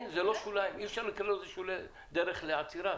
זה לא שוליים, אי אפשר לקרוא לזה שולי דרך לעצירה.